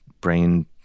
brain